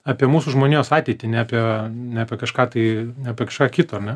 apie mūsų žmonijos ateitį ne apie ne apie kažką tai apie kažką kito